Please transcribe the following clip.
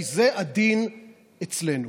כי זה הדין אצלנו.